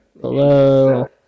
Hello